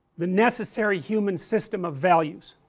the necessary human system of values